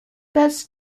best